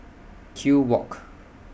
Kew Walk